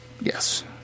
Yes